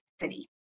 city